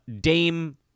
Dame